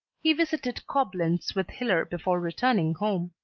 he visited coblenz with hiller before returning home.